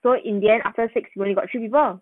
so in the end after six you only got three people ah